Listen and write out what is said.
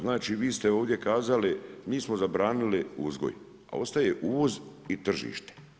Znači vi ste ovdje kazali mi smo zabranili uzgoj, a ostaje uvoz i tržište.